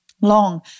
long